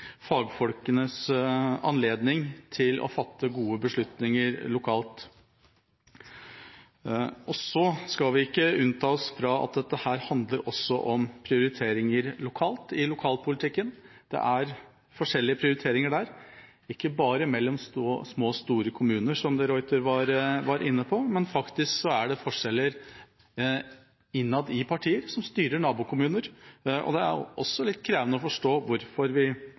å fatte gode beslutninger lokalt. Så skal vi ikke unndra oss fra at dette også handler om prioriteringer lokalt, i lokalpolitikken. Det er forskjellige prioriteringer der, ikke bare mellom små og store kommuner, som de Ruiter var inne på, men faktisk er det forskjeller innad i partier, som styrer i nabokommuner, og det er også litt krevende å forstå hvorfor vi